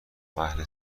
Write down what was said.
اهل